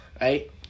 right